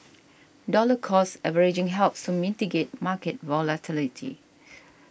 dollar cost averaging helps to mitigate market volatility